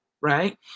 right